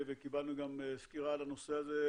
וקיבלנו גם סקירה על הנושא הזה,